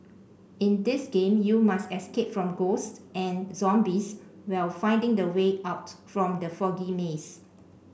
in this game you must escape from ghosts and zombies while finding the way out from the foggy maze